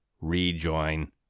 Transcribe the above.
rejoin